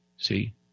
see